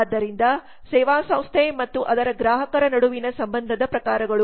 ಆದ್ದರಿಂದ ಸೇವಾ ಸಂಸ್ಥೆ ಮತ್ತು ಅದರ ಗ್ರಾಹಕರ ನಡುವಿನ ಸಂಬಂಧದ ಪ್ರಕಾರಗಳು